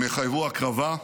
הם יחייבו הקרבה,